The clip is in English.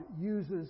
uses